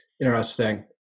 Interesting